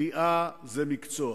כליאה זה מקצוע,